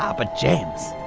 ah but james,